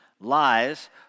lies